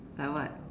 like what